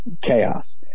chaos